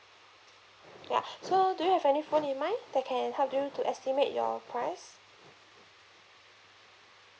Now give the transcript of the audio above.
ya so do you have any phone in mind that can help you to estimate your price